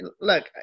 look